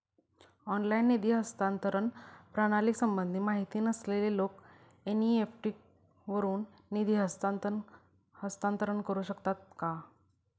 Online निधी हस्तांतरण प्रणालीसंबंधी माहिती नसलेले लोक एन.इ.एफ.टी वरून निधी हस्तांतरण करू शकतात का?